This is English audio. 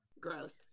Gross